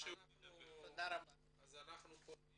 --- אנחנו פונים